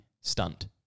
stunt